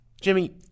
Jimmy